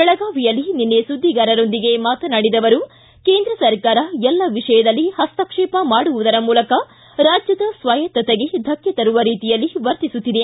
ಬೆಳಗಾವಿಯಲ್ಲಿ ನಿನ್ನೆ ಸುದ್ದಿಗಾರರೊಂದಿಗೆ ಮಾತನಾಡಿದ ಅವರು ಕೇಂದ್ರ ಸರ್ಕಾರ ಎಲ್ಲ ವಿಷಯದಲ್ಲಿ ಹಸ್ತಕ್ಷೇಪ ಮಾಡುವುದರ ಮೂಲಕ ರಾಜ್ಯದ ಸ್ವಾಯತ್ತತೆಗೆ ಧಕ್ಕೆ ತರುವ ರೀತಿಯಲ್ಲಿ ವರ್ತಿಸುತ್ತಿದೆ